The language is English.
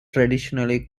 traditionally